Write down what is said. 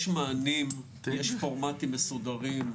יש מענים ויש פורמטים מסודרים.